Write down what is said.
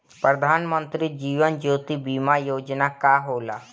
प्रधानमंत्री जीवन ज्योति बीमा योजना का होला?